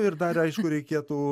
ir dar aišku reikėtų